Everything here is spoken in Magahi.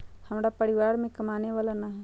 हमरा परिवार में कमाने वाला ना है?